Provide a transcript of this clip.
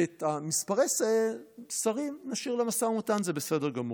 ואת מספרי השרים נשאיר למשא ומתן, זה בסדר גמור.